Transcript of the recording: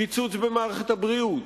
קיצוץ במערכת הבריאות,